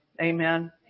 Amen